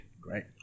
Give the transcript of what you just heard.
Great